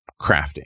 crafting